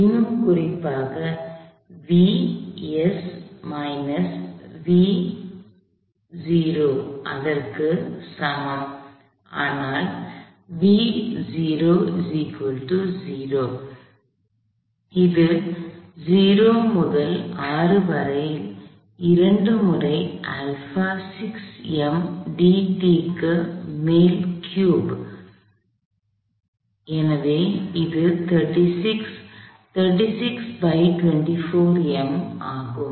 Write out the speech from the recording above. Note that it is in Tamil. இன்னும் குறிப்பாக இதற்கு சமம் ஆனால் இது 0 முதல் 6 வரை இரண்டு முறை ஆல்பா 6 m d t க்கு மேல் ஃயூப் கனசதுரம் எனவே இது 36 36 by 24 m ஆகும்